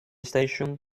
station